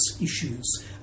issues